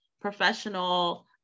professional